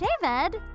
David